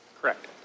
Correct